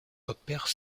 opèrent